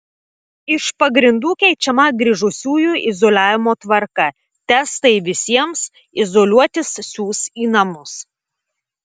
iš pagrindų keičiama grįžusiųjų izoliavimo tvarką testai visiems izoliuotis siųs į namus